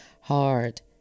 hard